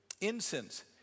incense